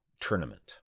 tournament